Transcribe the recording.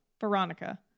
Veronica